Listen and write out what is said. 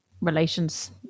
relations